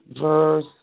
Verse